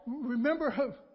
Remember